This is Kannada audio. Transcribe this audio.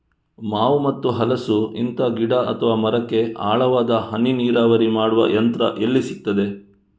ಮಾವು ಮತ್ತು ಹಲಸು, ಇಂತ ಗಿಡ ಅಥವಾ ಮರಕ್ಕೆ ಆಳವಾದ ಹನಿ ನೀರಾವರಿ ಮಾಡುವ ಯಂತ್ರ ಎಲ್ಲಿ ಸಿಕ್ತದೆ?